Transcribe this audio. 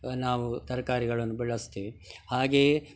ನಾವು ತರಕಾರಿಗಳನ್ನು ಬೆಳೆಸ್ತೇವೆ ಹಾಗೆಯೇ